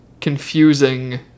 confusing